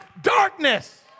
darkness